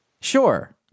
Sure